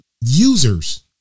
Users